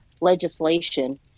legislation